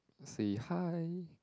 say hi